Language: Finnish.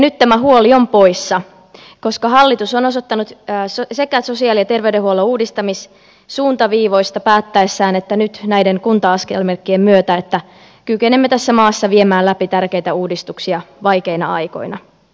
nyt tämä huoli on poissa koska hallitus on osoittanut sekä sosiaali ja terveydenhuollon uudistamissuuntaviivoista päättäessään että nyt näiden kunta askelmerkkien myötä että kykenemme tässä maassa viemään läpi tärkeitä uudistuksia vaikeina aikoina